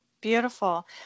beautiful